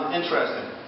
interesting